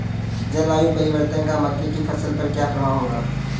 जलवायु परिवर्तन का मक्के की फसल पर क्या प्रभाव होगा?